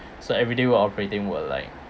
so everyday we're operating were like